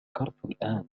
الآن